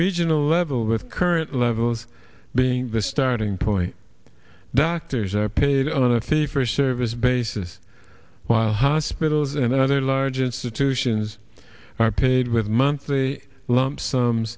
regional level with current levels being the starting point doctors are paid on a fee for service basis while hospitals and other large institutions are paid with monthly lump s